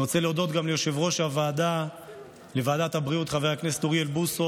אני רוצה להודות גם ליושב-ראש ועדת הבריאות חבר הכנסת אוריאל בוסו,